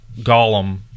Gollum